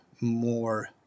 more